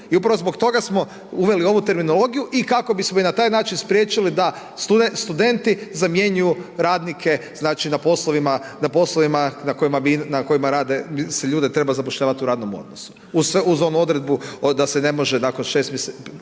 I upravo zbog toga smo uveli ovu terminologiju i kako bismo i na taj način spriječili da studenti zamjenjuju radnike znači na poslovima na kojima rade, se ljude treba zapošljavati u radnom odnosu uz onu odredbu da se ne može nakon poslovno